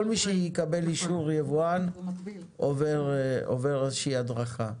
כל מי שיקבל אישור יבואן עובר איזושהי הדרכה.